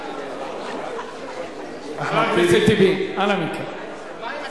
חבר הכנסת טיבי, אנא מכם.